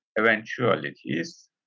eventualities